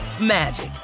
magic